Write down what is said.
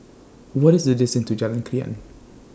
What IS The distance to Jalan Krian